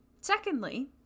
Secondly